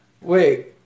Wait